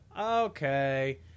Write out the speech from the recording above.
Okay